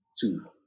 two